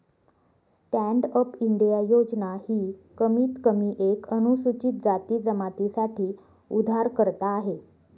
stand up India योजना ही कमीत कमी एक अनुसूचित जाती जमाती साठी उधारकर्ता आहे